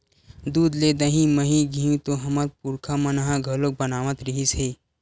दूद ले दही, मही, घींव तो हमर पुरखा मन ह घलोक बनावत रिहिस हे